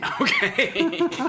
okay